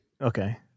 Okay